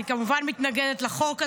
אני כמובן מתנגדת לחוק הזה,